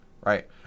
right